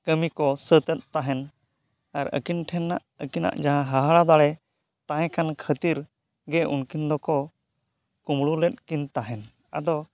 ᱠᱟᱹᱢᱤ ᱠᱚ ᱥᱟᱹᱛ ᱮᱫ ᱛᱟᱦᱮᱸᱫ ᱟᱨ ᱟᱹᱠᱤᱱ ᱴᱷᱮᱱᱟᱜ ᱟᱹᱠᱤᱱᱟᱜ ᱡᱟᱦᱟᱸ ᱦᱟᱦᱟᱲᱟᱜ ᱫᱟᱲᱮ ᱛᱟᱦᱮᱸ ᱠᱟᱱ ᱠᱷᱟᱹᱛᱤᱨ ᱜᱮ ᱩᱱᱠᱤᱱ ᱫᱚᱠᱚ ᱠᱩᱢᱲᱩ ᱞᱮᱫ ᱠᱤᱱ ᱛᱟᱦᱮᱸᱫ ᱟᱫᱚ